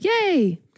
yay